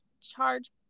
charge